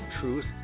Truth